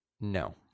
No